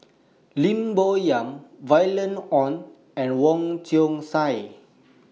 Lim Bo Yam Violet Oon and Wong Chong Sai